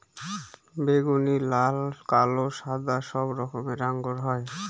বেগুনি, লাল, কালো, সাদা সব রঙের আঙ্গুর হয়